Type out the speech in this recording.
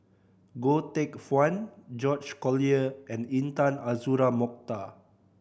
Goh Teck Phuan George Collyer and Intan Azura Mokhtar